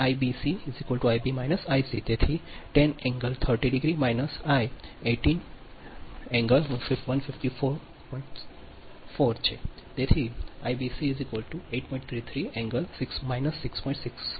લીધેલા ડેટા મુજબ Ib તેથી Ibc Ib Ic તેથી 10 30 ° આઇ 18 154